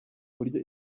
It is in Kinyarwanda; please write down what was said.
buryo